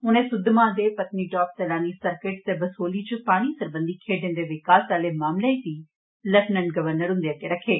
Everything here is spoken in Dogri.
उनें सुद्रमहादेव पत्नीटाप सैलानी सर्किट ते बसोहली च पानी सरबंधी खेड्ढे दे विकास आहले मामले बी लेफ्टिनेंट गवर्नर हंदे अग्गे रक्खे